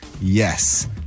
yes